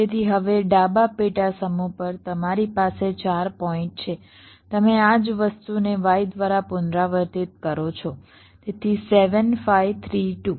તેથી હવે ડાબા પેટા સમૂહ પર તમારી પાસે 4 પોઇન્ટ છે તમે આ જ વસ્તુને y દ્વારા પુનરાવર્તિત કરો છો તેથી 7 5 3 2